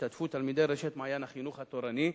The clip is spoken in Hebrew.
השתתפו תלמידי רשת "מעיין החינוך התורני"